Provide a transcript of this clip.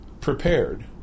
prepared